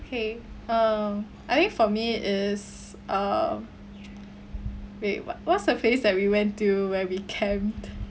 okay uh I think for me is uh okay what what's the place that we went to where we camp